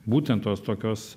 būtent tos tokios